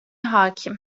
hakim